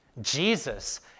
Jesus